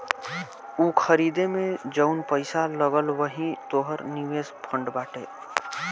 ऊ खरीदे मे जउन पैसा लगल वही तोहर निवेश फ़ंड बाटे